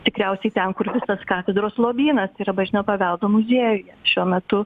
tikriausiai ten kur visas katedros lobynas yra bažnytinio paveldo muziejuje šiuo metu